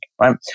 right